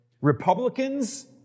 Republicans